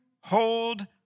hold